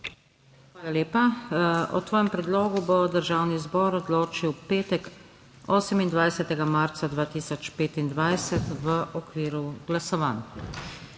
Hvala lepa. O tvojem predlogu bo Državni zbor odločil v petek, 28. marca 2025, v okviru glasovanj.